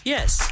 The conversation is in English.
Yes